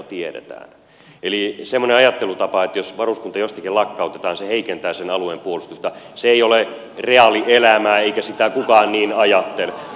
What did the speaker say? eli semmoinen ajattelutapa ei ole reaalielämää että jos varuskunta jostakin lakkautetaan niin se heikentää sen alue kun se ei ole kirja alueen puolustusta eikä sitä kukaan niin ajattele